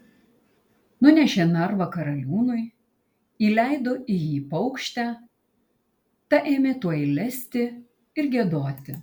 nunešė narvą karaliūnui įleido į jį paukštę ta ėmė tuoj lesti ir giedoti